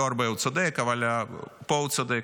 לא הרבה הוא צודק אבל פה הוא צודק,